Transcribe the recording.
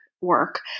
work